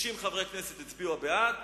60 חברי כנסת הצביעו בעד,